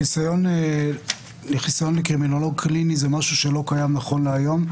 חיסיון לקרימינולוג קליני זה משהו שלא קיים נכון להיום,